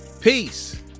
Peace